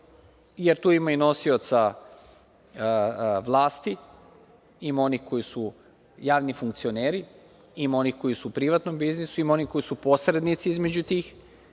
jer tu ima i nosioca vlasti, ima onih koji su javni funkcioneri, ima onih koji su u privatnom biznisu, ima onih koji su posrednici između tih,